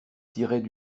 tiraient